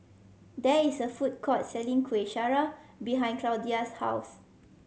there is a food court selling Kuih Syara behind Claudia's house